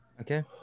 Okay